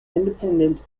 independent